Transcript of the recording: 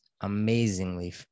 amazingly